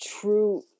true